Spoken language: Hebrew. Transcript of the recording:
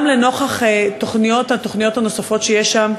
גם לנוכח התוכניות הנוספות שיש שם,